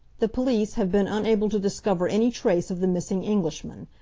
the police have been unable to discover any trace of the missing englishman.